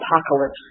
Apocalypse